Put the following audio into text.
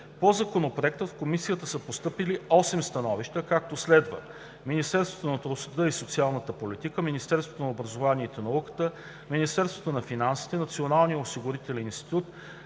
По Законопроекта в Комисията са постъпили осем становища, както следва: - Министерството на труда и социалната политика, Министерството на образованието и науката, Министерството на финансите, Националният осигурителен институт,